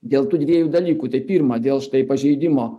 dėl tų dviejų dalykų tai pirma dėl štai pažeidimo